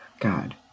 God